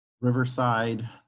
Riverside